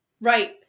right